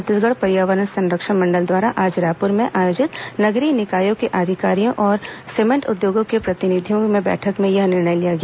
छत्तीसगढ़ पर्यावरण संरक्षण मंडल द्वारा आज रायपुर में आयोजित नगरीय निकायों के अधिकारियों और सीमेंट उद्योगों के प्रतिनिधियों की बैठक में यह निर्णय लिया गया